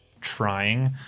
trying